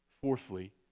Fourthly